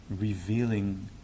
revealing